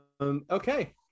Okay